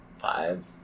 Five